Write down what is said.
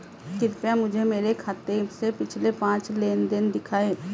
कृपया मुझे मेरे खाते से पिछले पांच लेनदेन दिखाएं